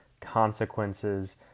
consequences